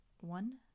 one